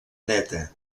neta